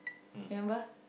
remember